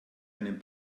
einen